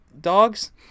dogs